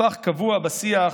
הפך קבוע בשיח,